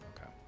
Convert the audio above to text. Okay